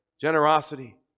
generosity